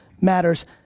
matters